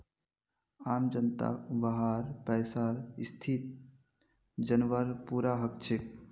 आम जनताक वहार पैसार स्थिति जनवार पूरा हक छेक